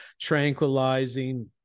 tranquilizing